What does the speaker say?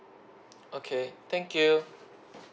okay thank you